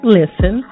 listen